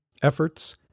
efforts